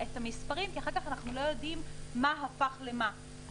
אחר כך אנחנו לא יודעים מה הפך למה.